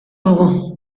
dugu